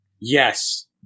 Yes